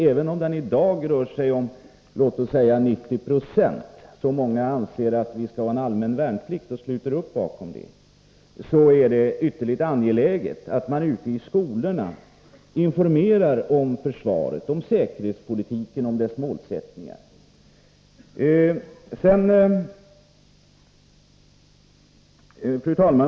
Även om ungefär 90 96 av befolkningen i dag anser att vi skall ha en allmän värnplikt och sluter upp bakom den, är det ytterligt angeläget att man ute i skolorna informerar om försvaret, om säkerhetspolitiken och dess målsättningar. Fru talman!